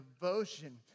devotion